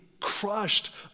crushed